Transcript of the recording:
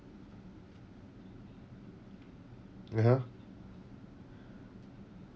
(uh huh)